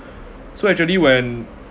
so actually when